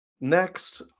Next